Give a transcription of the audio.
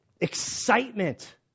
excitement